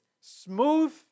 smooth